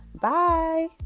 Bye